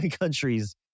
countries